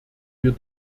wir